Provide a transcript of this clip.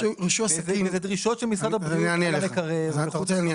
אני אענה לך.